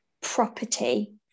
property